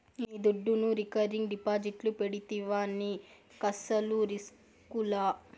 నీ దుడ్డును రికరింగ్ డిపాజిట్లు పెడితివా నీకస్సలు రిస్కులా